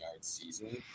season